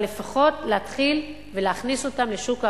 אבל לפחות להתחיל ולהכניס אותם לשוק העבודה,